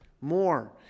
more